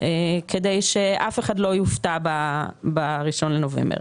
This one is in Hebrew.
כדי שאף אחד לא יופתע ב-1 בנובמבר.